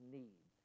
need